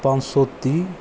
ਪੰਜ ਸੌ ਤੀਹ